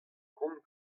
kont